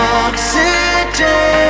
oxygen